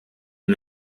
ont